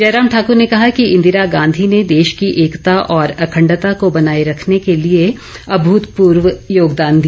जयराम ठाकर ने कहा कि इंदिरा गांधी ने देश की एकता और अखंडता को बनाए रखने के लिए अभूतपूर्व योगदान दिया